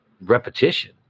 repetition